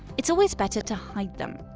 it's always better to hide them.